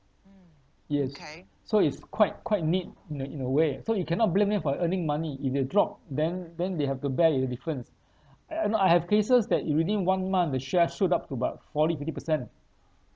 yes so it's quite quite mid in in a way so you cannot blame them for earning money if they drop then then they have to bear the difference uh you know I have cases that in within one month the share shoot up to about forty fifty percent